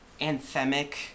anthemic